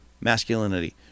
masculinity